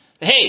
Hey